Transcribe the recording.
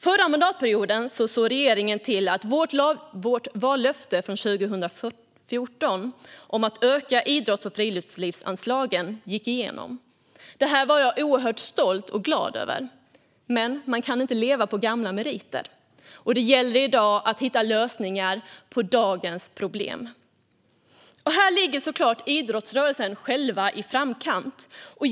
Förra mandatperioden såg regeringen till att vårt vallöfte från 2014 om att öka idrotts och friluftslivsanslagen gick igenom. Det var jag oerhört stolt och glad över. Men man kan inte leva på gamla meriter, och i dag gäller det att hitta lösningar på dagens problem. Här ligger såklart idrottsrörelsen själv i framkant.